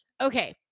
Okay